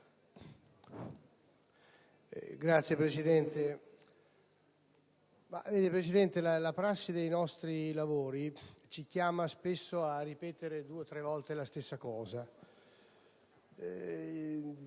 Signor Presidente, la prassi dei nostri lavori ci chiama spesso a ripetere due o tre volte la stessa cosa;